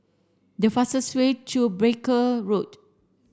the fastest way to Barker Road